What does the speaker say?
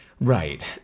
right